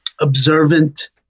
observant